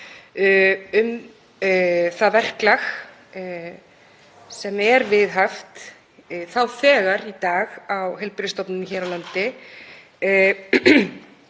um það verklag sem er viðhaft nú þegar á heilbrigðisstofnunum hér á landi,